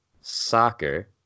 soccer